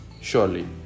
surely